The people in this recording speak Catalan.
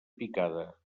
picada